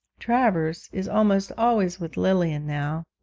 travers is almost always with lilian now.